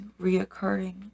reoccurring